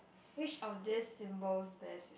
which of this symbols best